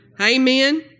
Amen